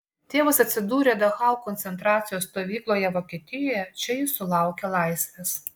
tėvas atsidūrė dachau koncentracijos stovykloje vokietijoje čia jis sulaukė laisvės